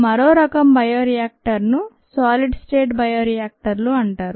మరో రకం బయో రియాక్టర్ను సాలిడ్ స్టేట్ బయో రియాక్టర్లు అంటారు